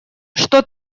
что